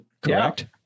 Correct